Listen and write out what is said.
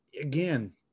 again